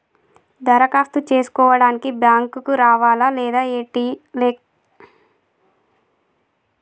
దరఖాస్తు చేసుకోవడానికి బ్యాంక్ కు రావాలా లేక ఏ.టి.ఎమ్ కు వెళ్లి చేసుకోవచ్చా?